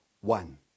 one